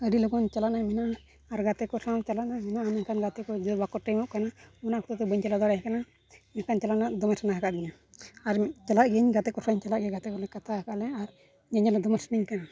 ᱟᱰᱤᱞᱚᱜᱚᱱ ᱪᱟᱞᱟᱜ ᱨᱮᱱᱟᱜ ᱢᱮᱱᱟᱜᱼᱟ ᱟᱨ ᱜᱟᱛᱮ ᱠᱚ ᱥᱟᱶ ᱪᱟᱟᱜ ᱨᱮᱱᱟᱜ ᱢᱮᱱᱟᱜᱼᱟ ᱢᱮᱱᱠᱷᱟᱱ ᱜᱟᱛᱮᱠᱚ ᱡᱮ ᱵᱟᱠᱚ ᱴᱮᱝᱚᱜ ᱠᱟᱱᱟ ᱚᱱᱟ ᱦᱚᱛᱮ ᱵᱟᱹᱧ ᱪᱟᱞᱟᱣ ᱫᱟᱲᱮᱭᱟᱜ ᱠᱟᱱᱟ ᱮᱱᱠᱷᱟᱱ ᱪᱟᱞᱟᱜ ᱨᱮᱱᱟᱜ ᱫᱚᱢᱮ ᱥᱟᱱᱟ ᱦᱟᱠᱟᱫᱤᱧᱟ ᱟᱨ ᱪᱟᱞᱟᱜ ᱜᱤᱭᱟᱹᱧ ᱜᱟᱛᱮ ᱠᱚ ᱥᱟᱶᱤᱧ ᱪᱟᱞᱟᱜ ᱜᱮᱭᱟ ᱜᱟᱛᱮ ᱠᱚᱞᱮ ᱠᱟᱛᱷᱟᱣ ᱟᱠᱟᱫᱟᱞᱮ ᱟᱨ ᱧᱮᱧᱮᱞ ᱦᱚᱸ ᱫᱚᱢᱮ ᱥᱟᱹᱱᱟᱹᱧ ᱠᱟᱱᱟ